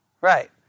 Right